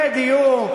בדיור,